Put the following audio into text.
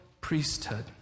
priesthood